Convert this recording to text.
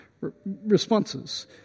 responses